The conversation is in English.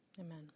Amen